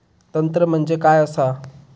तंत्र म्हणजे काय असा?